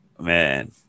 man